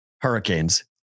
Hurricanes